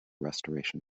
restoration